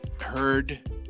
heard